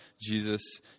jesus